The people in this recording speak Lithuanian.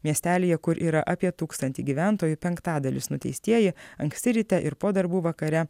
miestelyje kur yra apie tūkstantį gyventojų penktadalis nuteistieji anksti ryte ir po darbų vakare